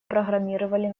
программировали